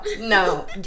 no